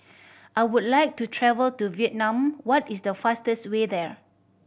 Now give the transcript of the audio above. I would like to travel to Vietnam What is the fastest way there